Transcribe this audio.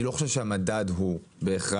אני לא חושב שהמדד הוא בהכרח